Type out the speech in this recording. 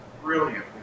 brilliant